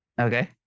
Okay